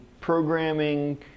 programming